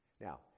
now